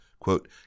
quote